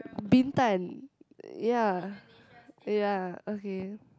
Bintan ya ya okay